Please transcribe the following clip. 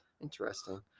Interesting